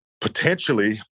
potentially